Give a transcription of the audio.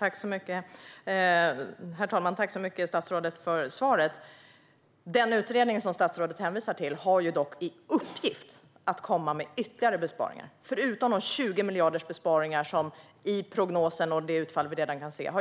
Herr talman! Tack så mycket, statsrådet, för svaret! Den utredning som statsrådet hänvisar till har dock i uppgift att komma med ytterligare besparingar, förutom besparingarna på 20 miljarder som redan har gjorts enligt prognosen och i det utfall som vi redan kan se.